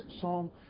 psalm